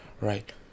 right